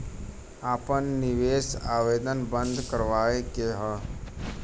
आपन निवेश आवेदन बन्द करावे के हौ?